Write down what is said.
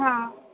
હાં